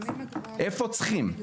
איפה צריכים?